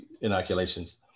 inoculations